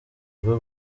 rwo